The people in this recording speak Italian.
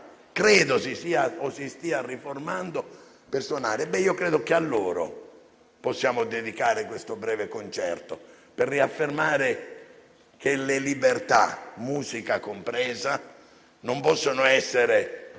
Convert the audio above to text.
riformata o si stia riformando per suonare. Ebbene, credo che a loro possiamo dedicare questo breve concerto, per riaffermare che le libertà, compresa la musica, non possono essere